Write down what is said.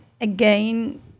again